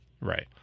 right